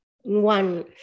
one